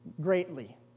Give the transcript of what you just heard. greatly